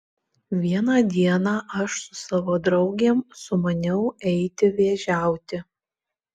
vieną dieną aš su savo draugėm sumaniau eiti vėžiauti